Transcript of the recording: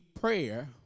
prayer